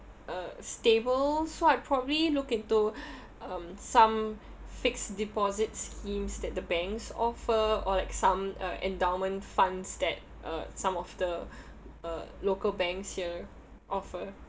uh stable so I probably look into um some fixed deposit schemes that the banks offer or like some uh endowment funds that uh some of the uh local banks here offer